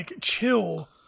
chill